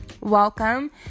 welcome